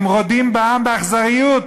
הם רודים בעם באכזריות